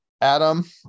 Adam